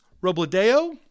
Robledo